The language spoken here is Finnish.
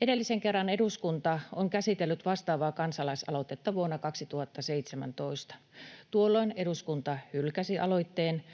Edellisen kerran eduskunta on käsitellyt vastaavaa kansalaisaloitetta vuonna 2017. Tuolloin eduskunta hylkäsi aloitteen.